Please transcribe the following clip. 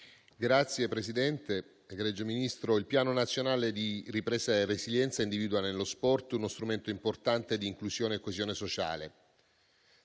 *(LSP-PSd'Az)*. Egregio Ministro, il Piano nazionale di ripresa e resilienza individua nello sport uno strumento importante di inclusione e coesione sociale,